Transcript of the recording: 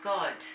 God